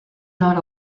not